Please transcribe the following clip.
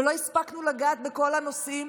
ולא הספקנו לגעת בכל הנושאים,